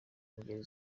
ngeri